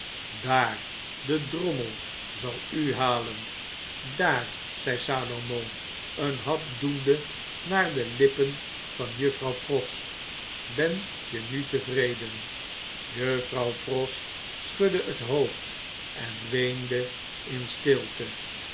daar de drommel zal u halen daar zej salomo een hap doende naar de lippen van juffrouw pross ben je nu tevreden juffrouw pross schudde het hoofd en weende in stilte